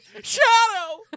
Shadow